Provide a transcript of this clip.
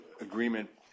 agreement